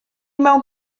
mewn